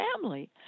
family